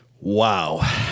Wow